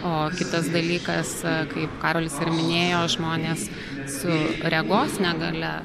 o kitas dalykas kaip karolis ir minėjo žmonės su regos negalia